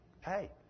Hey